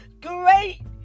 great